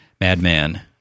Madman